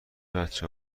بچه